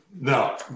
No